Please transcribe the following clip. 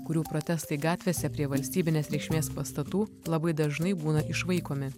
kurių protestai gatvėse prie valstybinės reikšmės pastatų labai dažnai būna išvaikomi